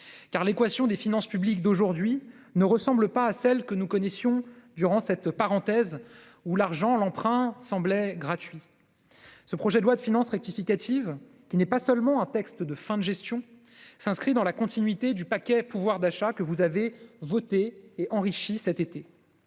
car l'équation des finances publiques d'aujourd'hui ne ressemble pas à celle que nous connaissions durant cette parenthèse où l'argent- l'emprunt -semblait gratuit. Ce projet de loi de finances rectificative, qui n'est pas seulement un texte de fin de gestion, s'inscrit dans la continuité du paquet pouvoir d'achat que vous avez voté et enrichi cet été.